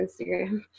Instagram